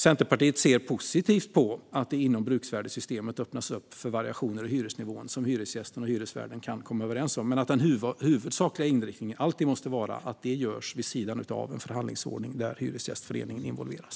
Centerpartiet ser positivt på att det inom bruksvärdessystemet öppnas upp för variationer i hyresnivåerna som hyresgästen och hyresvärden kan komma överens om men att den huvudsakliga inriktningen alltid måste vara att det görs vid sidan av en förhandlingsordning där Hyresgästföreningen involveras.